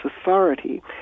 authority